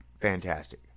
fantastic